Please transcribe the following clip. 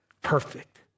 perfect